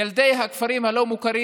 ילדי הכפרים הלא-מוכרים,